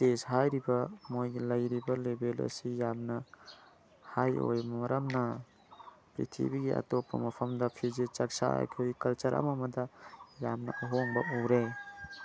stage ꯍꯥꯏꯔꯤꯕ ꯃꯣꯏꯒꯤ ꯂꯩꯔꯤꯕ ꯂꯦꯚꯦꯜ ꯑꯁꯤ ꯌꯥꯝꯅ ꯍꯥꯏ ꯑꯣꯏꯕ ꯃꯔꯝꯅ ꯄꯤꯛꯊ꯭ꯔꯤꯕꯤꯒꯤ ꯑꯇꯣꯞꯄ ꯃꯐꯝꯗ ꯐꯤꯖꯦꯠ ꯆꯥꯛꯆꯥ ꯑꯩꯈꯣꯏꯒꯤ ꯀꯜꯆꯔ ꯑꯃ ꯑꯃꯗ ꯌꯥꯝꯅ ꯑꯍꯣꯡꯕ ꯎꯔꯦ